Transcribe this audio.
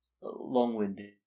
long-winded